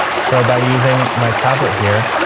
so by using my tablet here,